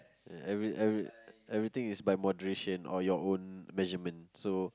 every every every thing is by moderation or your own measurement so